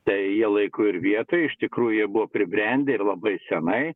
tai jie laiku ir vietoj iš tikrųjų jie buvo pribrendę ir labai senai